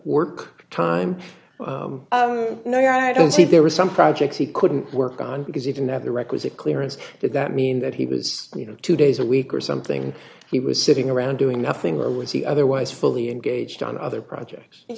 work time no you are i don't see there were some projects he couldn't work on because he didn't have the requisite clearance does that mean that he was you know two days a week or something he was sitting around doing nothing was he otherwise fully engaged on other projects